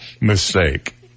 mistake